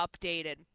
updated